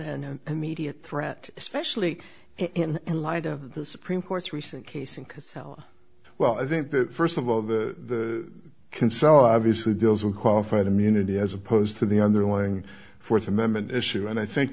and immediate threat especially in light of the supreme court's recent case and casella well i think that first of all the can sell obviously those who qualified immunity as opposed to the underlying fourth amendment issue and i think